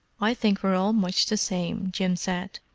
i think we're all much the same, jim said.